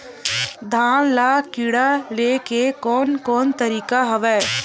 धान ल कीड़ा ले के कोन कोन तरीका हवय?